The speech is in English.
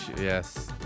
Yes